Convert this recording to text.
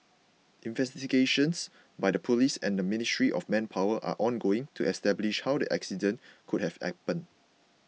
investigations by the police and the Ministry of Manpower are ongoing to establish how the accident could have happened